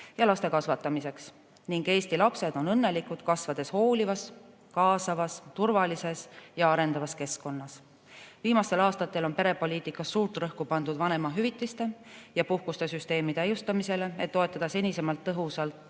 ja laste kasvatamiseks ning Eesti lapsed oleksid õnnelikud, kasvades hoolivas, kaasavas, turvalises ja arendavas keskkonnas. Viimastel aastatel on perepoliitikas suurt rõhku pandud vanemahüvitiste ja ‑puhkuste süsteemi täiustamisele, et toetada senisest tõhusamalt